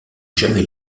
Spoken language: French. jamais